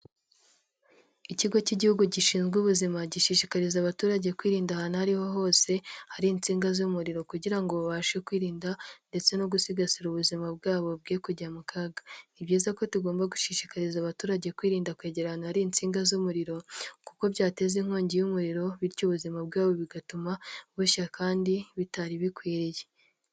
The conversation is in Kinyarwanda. Ikigo cy'Igihugu gishinzwe ubuzima gishishikariza abaturage kwirinda ahantu ariho hose hari insinga z'umuriro kugira ngo babashe kwirinda ndetse no gusigasira ubuzima bwabo bwe kujya mu kaga, ni byiza ko tugomba gushishikariza abaturage kwirinda kwegera ahantu hari insinga z'umuriro kuko byateza inkongi y'umuriro bityo ubuzima bwabo bigatuma bushya kandi bitari bikwiriye.